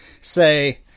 say